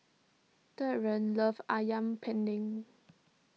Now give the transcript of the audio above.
Derrell loves Ayam Pen Din